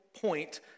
point